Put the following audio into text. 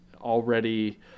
already